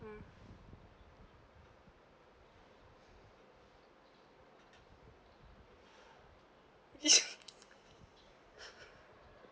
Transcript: mm